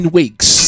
weeks